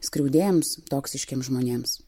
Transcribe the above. skriaudėjams toksiškiems žmonėms